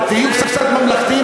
תהיו קצת ממלכתיים,